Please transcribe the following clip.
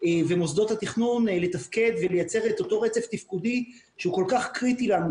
ומוסדות התכנון לתפקד ולייצר את אותו רצף תפקודי שהוא כל כך קריטי לנו.